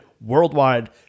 worldwide